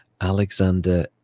Alexander